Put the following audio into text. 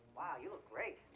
wow, you were great.